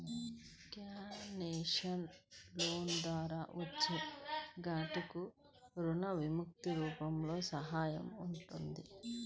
concessional లోన్ల ద్వారా వచ్చే గ్రాంట్లకు రుణ విముక్తి రూపంలో సహాయం ఉంటుంది